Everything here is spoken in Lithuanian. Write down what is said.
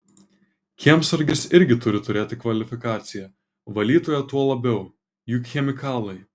kiemsargis irgi turi turėti kvalifikaciją valytoja tuo labiau juk chemikalai